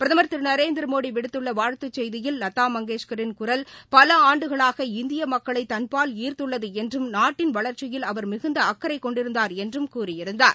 பிரதமர் திரு நரேந்திரமோடி விடுத்துள்ள வாழ்த்துச் செய்தியில் லதா மங்கேஷ்வரின் குரல் பல்லாண்டுகளாக இந்திய மக்களை தன்பால் ஈர்த்துள்ளது என்றும் நாட்டின் வளர்ச்சியில் அவர் மிகுந்த அக்கறை கொண்டிருந்தார் என்றும் கூறியிருக்கிறார்